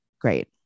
Great